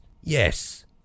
Yes